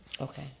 Okay